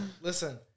listen